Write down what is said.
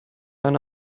eine